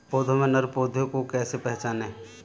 पौधों में नर पौधे को कैसे पहचानें?